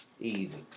Easy